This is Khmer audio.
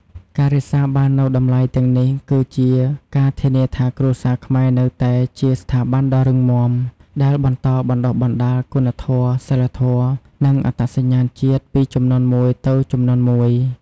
ការរក្សាបាននូវតម្លៃទាំងនេះ គឺជាការធានាថាគ្រួសារខ្មែរនៅតែជា ស្ថាប័នដ៏រឹងមាំ ដែលបន្តបណ្ដុះបណ្ដាលគុណធម៌ សីលធម៌ និងអត្តសញ្ញាណជាតិពីជំនាន់មួយទៅជំនាន់មួយ។